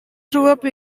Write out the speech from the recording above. through